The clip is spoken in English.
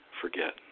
forget